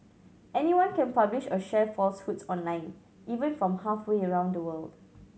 anyone can publish or share falsehoods online even from halfway around the world